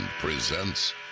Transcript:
presents